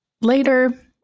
later